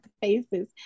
faces